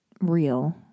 real